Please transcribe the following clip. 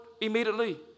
immediately